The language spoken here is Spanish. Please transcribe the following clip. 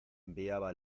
enviaba